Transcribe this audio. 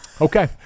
Okay